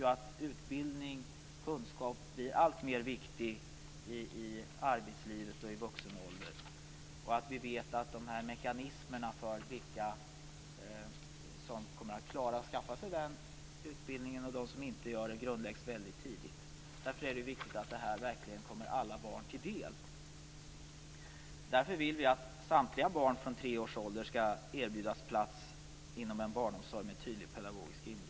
Utbildning och kunskap blir alltmer viktigt i arbetslivet och i vuxen ålder. Vi vet att mekanismerna för vilka som kommer att klara att skaffa sig den utbildningen och vilka som inte gör det grundläggs väldigt tidigt. Därför är det viktigt att detta verkligen kommer alla barn till del. Därför vill vi att samtliga barn från tre års ålder skall erbjudas plats inom en barnomsorg med tydlig pedagogisk inriktning.